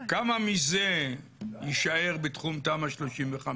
כמה מזה יישאר בתחום תמ"א 35?